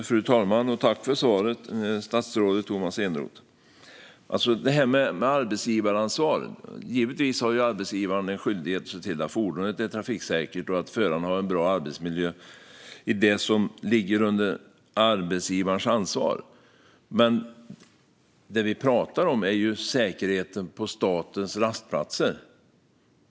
Fru talman! Jag tackar statsrådet Tomas Eneroth för svaret. Apropå det här med arbetsgivaransvaret har arbetsgivaren givetvis en skyldighet att se till att fordonet är trafiksäkert och att föraren har en bra arbetsmiljö i det som ligger under arbetsgivarens ansvar. Men det vi talar om är ju säkerheten på statens rastplatser.